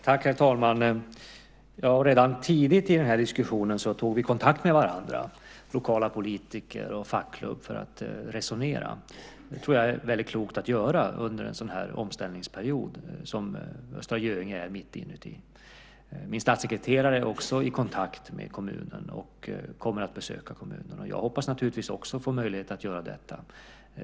Herr talman! Redan tidigt i denna diskussion tog vi kontakt med lokala politiker och fackklubbar för att resonera. Det tror jag är väldigt klokt att göra under en sådan här omställningsperiod som Östra Göinge är mitt inne i. Min statssekreterare är i kontakt med kommunen och kommer att besöka den, och jag hoppas naturligtvis också få möjlighet att göra detta.